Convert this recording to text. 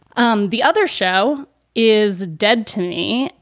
um the other show is dead to me.